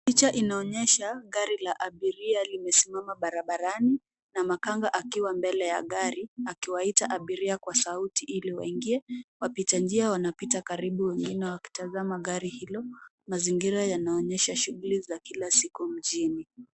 Picha inaonyesha gari la abiria limesimama barabarani na makanga akiwa mbele ya gari akiwaita abiria kwa sauti iliwaingie. Wapita njia wanapita karibu, wengine wakitazama gari hilo. Mazingira yanaonyesha shughuli za kila siku mjini.